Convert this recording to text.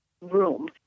room